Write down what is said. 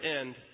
end